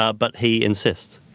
ah but he insists.